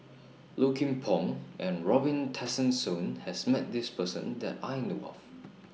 Low Kim Pong and Robin Tessensohn has Met This Person that I know of